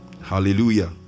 Hallelujah